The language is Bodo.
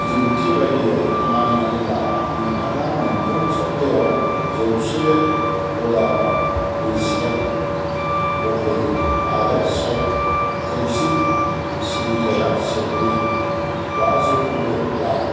बिदिन्थि बायदियै मानिनानै ला नोंथाङा मोन्फ्रोम सप्तायाव जौसे डलार नि चेक बखयो आरो चेक कैशिंग सिबिथाया चेकनि बा जौखोन्दो लायो